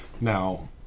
Now